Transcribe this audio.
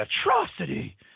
atrocity